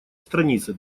страницы